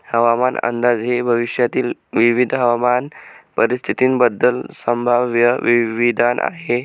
हवामान अंदाज हे भविष्यातील विविध हवामान परिस्थितींबद्दल संभाव्य विधान आहे